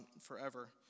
forever